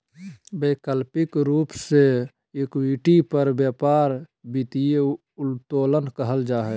वैकल्पिक रूप से इक्विटी पर व्यापार वित्तीय उत्तोलन कहल जा हइ